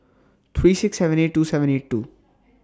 three six seven eight two seven eight two